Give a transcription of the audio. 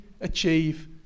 achieve